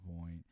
point